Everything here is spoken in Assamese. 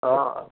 অঁ